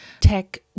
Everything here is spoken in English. tech